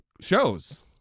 shows